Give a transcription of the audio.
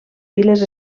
files